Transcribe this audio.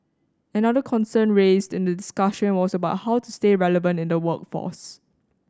another concern raised in this discussion was about how to stay relevant in the workforce